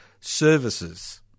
services